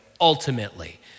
ultimately